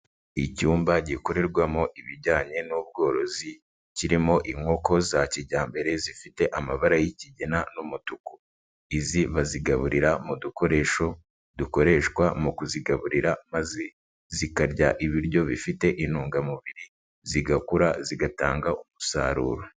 Icyumba gikorerwamo ibijyanye n'ubworozi, kirimo inkoko za kijyambere zifite amabara y'ikigina n'umutuku. Izi bazigaburira mu dukoresho dukoreshwa mu kuzigaburira maze zikarya ibiryo bifite intungamubiri, zigakura zigatanga umusaruro.